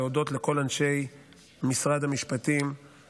להודות לכל אנשי משרד המשפטים,